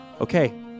okay